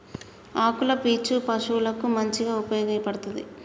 ఆకుల పీచు పశువులకు మంచిగా ఉపయోగపడ్తది